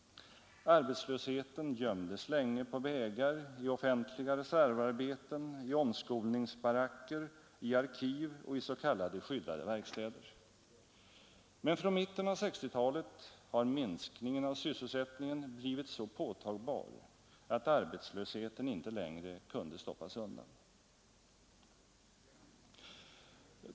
Arbetslösheten gömdes länge på vägar, i offentliga reservarbeten, i omskolningsbaracker, i arkiv och i s.k. skyddade verkstäder. Men från mitten av 1960-talet har minskningen av sysselsättningen blivit så påtaglig att arbetslösheten inte längre kunde stoppas undan.